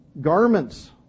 garments